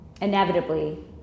inevitably